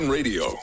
Radio